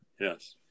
Yes